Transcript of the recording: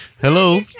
Hello